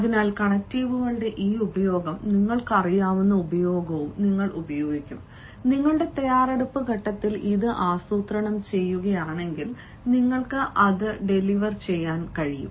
അതിനാൽ കണക്റ്റീവുകളുടെ ഈ ഉപയോഗവും നിങ്ങൾക്കറിയാവുന്ന ഉപയോഗവും നിങ്ങൾ ഉപയോഗിക്കും നിങ്ങളുടെ തയ്യാറെടുപ്പ് ഘട്ടത്തിൽ ഇത് ആസൂത്രണം ചെയ്യുകയാണെങ്കിൽ നിങ്ങൾക്ക് അത് ഡെലിവർ ചെയ്യാനും കഴിയും